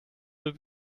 will